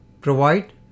provide